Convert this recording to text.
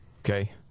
Okay